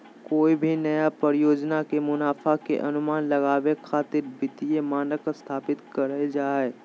कोय भी नया परियोजना के मुनाफा के अनुमान लगावे खातिर वित्तीय मानक स्थापित करल जा हय